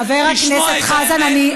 חבר הכנסת חזן,